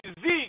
Zeke